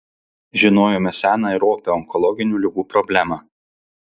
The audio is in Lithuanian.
žinojome seną ir opią onkologinių ligų problemą